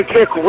Kick